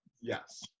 Yes